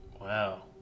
wow